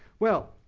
well,